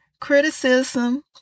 criticism